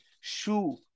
shoe